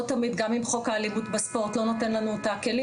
לא תמיד גם אם חוק האלימות בספורט לא נותן לנו את הכלים,